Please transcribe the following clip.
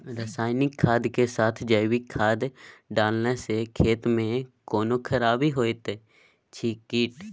रसायनिक खाद के साथ जैविक खाद डालला सॅ खेत मे कोनो खराबी होयत अछि कीट?